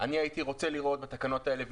הדבר היפה שנוצר במתווה הוא מצב של win-win